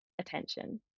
attention